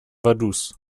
vaduz